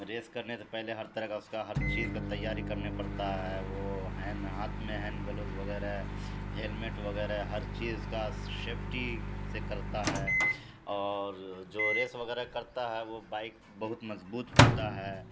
race کرنے سے پہلے ہر طرح کا اس کا ہر چیز کا تیاری کرنے پڑتا ہے وہ ہین ہاتھ میں ہینڈ گلوز وغیرہ ہیلمیٹ وغیرہ ہر چیز اس کا شیفٹی سے کرتا ہے اور جو ریس وغیرہ کرتا ہے وہ بائک بہت مضبوط ہوتا ہے